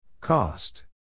Cost